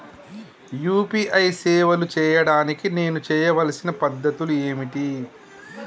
UPI సేవలు చేయడానికి నేను చేయవలసిన పద్ధతులు ఏమిటి?